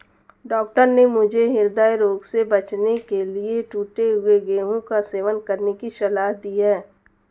doctor ने मुझे हृदय रोग से बचने के लिए टूटे हुए गेहूं का सेवन करने की सलाह दी है